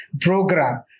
program